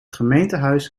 gemeentehuis